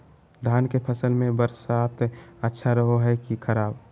धान के फसल में बरसात अच्छा रहो है कि खराब?